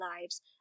lives